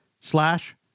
slash